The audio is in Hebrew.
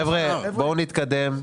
חבר'ה, בואו נתקדם.